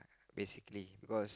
basically because